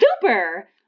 Super